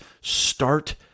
Start